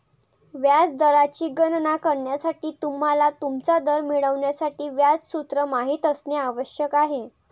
व्याज दराची गणना करण्यासाठी, तुम्हाला तुमचा दर मिळवण्यासाठी व्याज सूत्र माहित असणे आवश्यक आहे